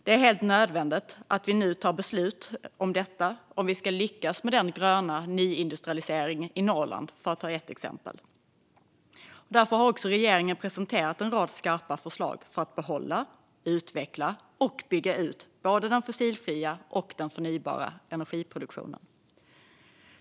Det är helt nödvändigt att vi nu tar beslut om detta om vi ska lyckas med den gröna nyindustrialiseringen i Norrland, för att ta ett exempel. Därför har regeringen presenterat en rad skarpa förslag för att behålla, utveckla och bygga ut både den fossilfria och den förnybara energiproduktionen.